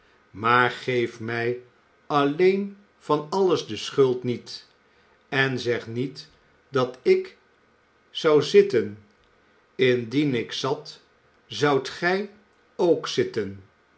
maar geef aan mij alleen van alles de schuld niet en zeg niet dat ik zou zitten indien ik zat zoudt gij ook zitten